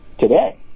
today